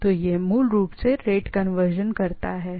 तो यह मूल रूप से चीजों पर रेट कन्वर्जन बनाता है राइट